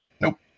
Nope